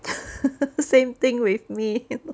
same thing with me